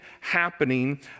happening